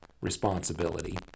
responsibility